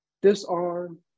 disarm